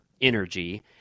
energy